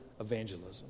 evangelism